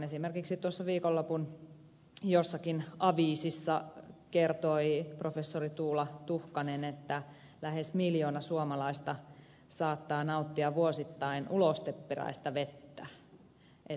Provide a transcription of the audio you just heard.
esimerkiksi viikonlopun jossakin aviisissa professori tuula tuhkanen kertoi että lähes miljoona suomalaista saattaa nauttia vuosittain ulosteperäistä vettä